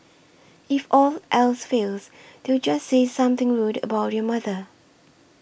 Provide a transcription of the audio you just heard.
if all else fails they'd just say something rude about your mother